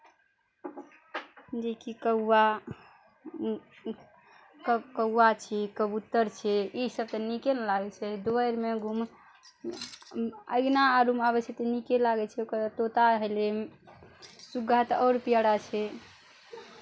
जेकि कौआ क कौआ छी कबूतर छियै इसभ तऽ नीके ने लागै छै दुआरिमे घुम अङ्गना आरमे आबै छै तऽ नीके लागै छै ओकर बाद तोता भेलै सुग्गा तऽ आओर प्यारा छै